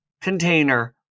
container